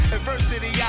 Adversity